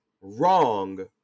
wrong